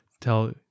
Tell